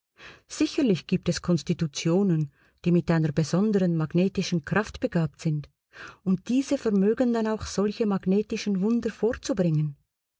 sicherlich gibt es konstitutionen die mit einer besonderen magnetischen kraft begabt sind und diese vermögen dann auch solche magnetischen wunder vorzubringen